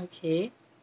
okay